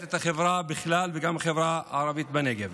את החברה בכלל וגם את החברה הערבית בנגב.